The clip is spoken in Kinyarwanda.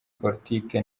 politiki